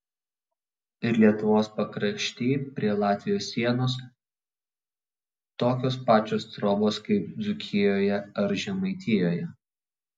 ir lietuvos pakrašty prie latvijos sienos tokios pačios trobos kaip dzūkijoje ar žemaitijoje